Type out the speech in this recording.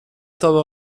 تابه